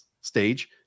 stage